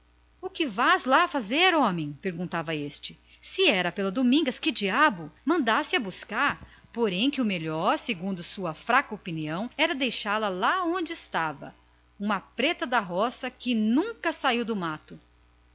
irmão que vais lá fazer homem de deus perguntava este se era por causa da domingas que diabo fizesse a vir o melhor porém segundo a sua fraca opinião seria deixá-la lá onde estava uma preta da roça que nunca saiu do mato